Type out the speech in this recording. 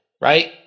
Right